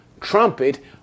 trumpet